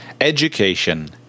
education